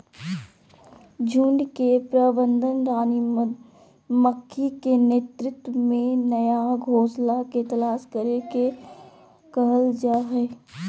झुंड के प्रबंधन रानी मक्खी के नेतृत्व में नया घोंसला के तलाश करे के कहल जा हई